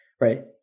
right